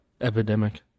epidemic